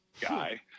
guy